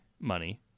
money